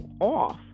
off